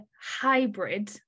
hybrid